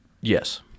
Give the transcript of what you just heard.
Yes